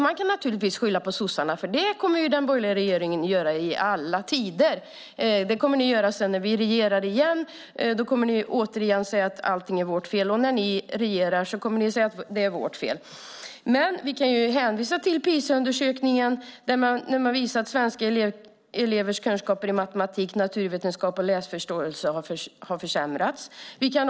Man kan naturligtvis skylla på sossarna. Det kommer den borgerliga regeringen att göra i alla tider. När vi regerar igen kommer ni att säga att allt är vårt fel, och när ni regerar säger ni att allt är vårt fel. PISA-undersökningen visar att svenska elevers kunskaper i matematik, naturvetenskap och läsförståelse har försämrats.